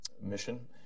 mission